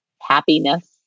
happiness